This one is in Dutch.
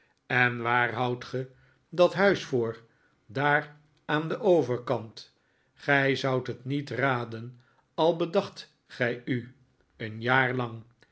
en waar houdt ge dat huis voor daar aan den overkant gij zoudt het niet raden al bedacht gij u een jaar lang